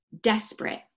desperate